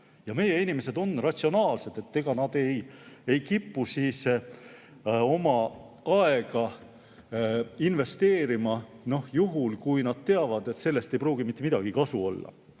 Meie inimesed on ratsionaalsed, nad ei kipu oma aega investeerima, juhul kui nad teavad, et sellest ei pruugi mitte midagi kasu olla.